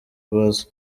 abaza